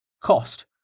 Cost